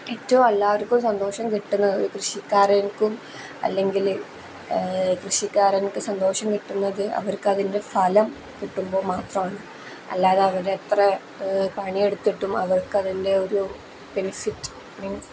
ഏറ്റവും എല്ലാവർക്കും സന്തോഷം കിട്ടുന്നത് കൃഷിക്കാരൻക്കും അല്ലെങ്കിൽ കൃഷിക്കാരൻക്ക് സന്തോഷം കിട്ടുന്നത് അവർക്കതിൻ്റെ ഫലം കിട്ടുമ്പോൾ മാത്രമാണ് അല്ലാതെ അവരെത്ര പണിയെടുത്തിട്ടും അവർക്കതിൻ്റെ ഒരു ബെനിഫിറ്റ് മീൻസ്